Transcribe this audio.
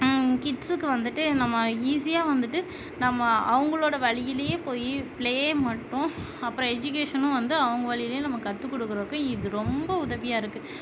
கிட்ஸ்சுக்கு வந்துட்டு நம்ம ஈஸியாக வந்துட்டு நம்ம அவங்களோட வழியிலேயே போய் பிளே மட்டும் அப்புறம் எஜுகேஷனும் வந்து அவங்க வழியிலேயே நம்ம கற்றுக் கொடுக்குறதுக்கும் இது ரொம்ப உதவியாயிருக்கு